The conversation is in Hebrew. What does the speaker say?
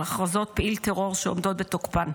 על הכרזות פעיל טרור שעומדות בתוקפן.